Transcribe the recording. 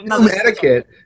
etiquette